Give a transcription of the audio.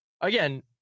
again